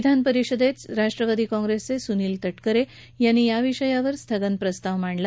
विधानपरिषदेत राष्ट्रवादी काँग्रेसचे सुनील तटकरे यांनी याविषयावर स्थगत प्रस्ताव मांडला